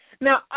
Now